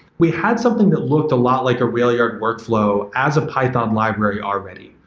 we had something that looked a lot like a railyard workflow as a python library already.